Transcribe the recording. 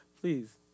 Please